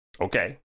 Okay